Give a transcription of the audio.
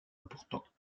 importantes